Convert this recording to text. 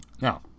Now